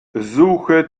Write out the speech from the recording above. suche